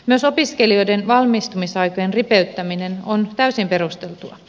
myös opiskelijoiden valmistumisaikojen ripeyttäminen on täysin perusteltua